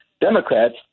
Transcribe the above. Democrats